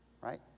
right